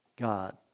God